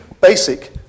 basic